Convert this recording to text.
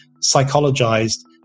psychologized